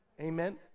Amen